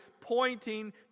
pointing